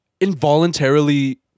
involuntarily